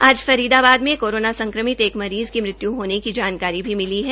आज फरीदाबाद में कोरोना संक्रमित एक मरीज़ की मृत्यु होने की जानकारी भी मिली है